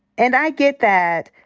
and i get that,